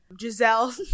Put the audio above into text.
giselle